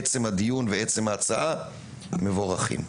עצם הדיון ועצם ההצעה מבורכים.